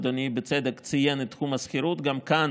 אדוני ציין בצדק את תחום השכירות, גם כאן,